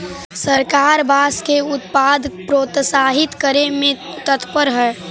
सरकार बाँस के उत्पाद के प्रोत्साहित करे में तत्पर हइ